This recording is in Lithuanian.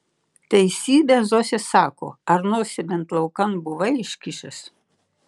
teisybę zosė sako ar nosį bent laukan buvai iškišęs